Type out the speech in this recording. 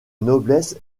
noblesse